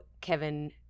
Kevin